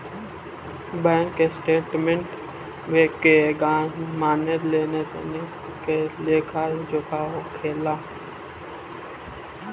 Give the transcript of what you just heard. bank statement के माने लेन देन के लेखा जोखा होखेला